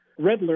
Redler